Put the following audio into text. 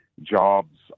jobs